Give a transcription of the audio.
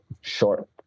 short